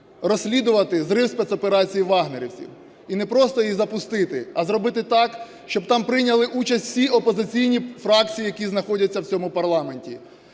розслідувати зрив спецоперації "вагнерівців". І не просто її запустити, а зробити так, щоб там прийняли участь всі опозиційні фракції, які знаходяться в цьому парламенті.